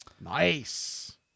nice